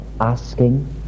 asking